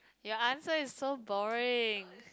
your answer is so boring